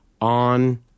on